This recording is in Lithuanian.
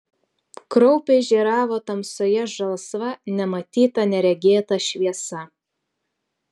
kraupiai žėravo tamsoje žalsva nematyta neregėta šviesa